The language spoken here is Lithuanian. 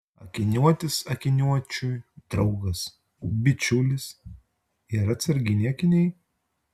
akiniuotis akiniuočiui draugas bičiulis ir atsarginiai akiniai